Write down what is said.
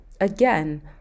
again